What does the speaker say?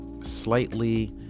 slightly